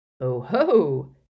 Oh-ho